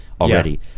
already